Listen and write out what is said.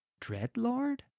Dreadlord